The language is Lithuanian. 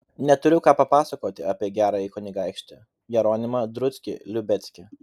neturiu ką papasakoti apie gerąjį kunigaikštį jeronimą druckį liubeckį